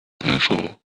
peter